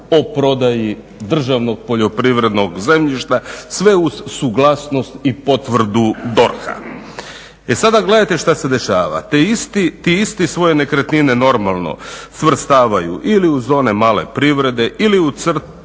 o prodaji državnog poljoprivrednog zemljišta sve uz suglasnost i potvrdu DORH-a. E sada gledajte što se dešava. Ti isti svoje nekretnine normalno svrstavaju ili u zone male privrede ili